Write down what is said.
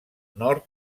nord